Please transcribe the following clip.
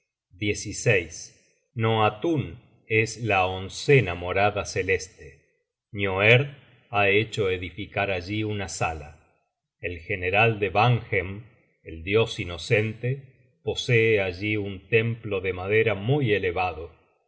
las querellas noatun es la oncena morada celeste nioerd ha hecho edificar allí una sala el general de vanhem el dios inocente posee allí un templo de madera muy elevado